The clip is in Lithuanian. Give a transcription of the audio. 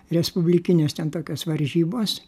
respublikinės ten tokios varžybos